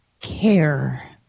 care